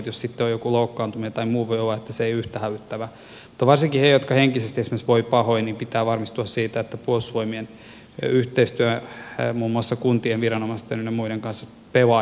jos sitten on joku loukkaantuminen tai muu voi olla että se ei ole yhtä hälyttävä mutta varsinkin koskien niitä jotka esimerkiksi henkisesti voivat pahoin pitää varmistua siitä että puolustusvoimien yhteistyö muun muassa kuntien viranomaisten ynnä muiden kanssa pelaa